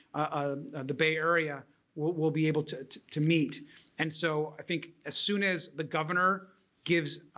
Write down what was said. ah the bay area will be able to to meet and so i think as soon as the governor gives